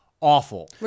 awful